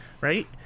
right